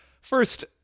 first